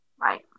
right